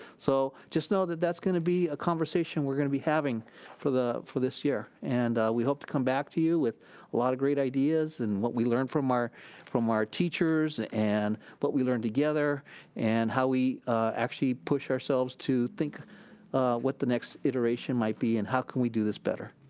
so just know that that's gonna be a conversation we're gonna be having for this year and we hop to come back to you with a lot of great ideas and what we learn from our from our teachers and what we learn together and how we actually push ourselves to think what the next iteration might be and how can we do this better.